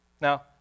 Now